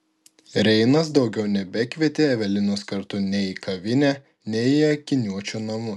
reinas daugiau nebekvietė evelinos kartu nei į kavinę nei į akiniuočio namus